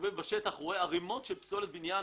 שמסתובב בשטח רואה ערימות של פסולת בניין,